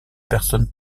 personnes